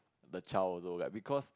the child also like because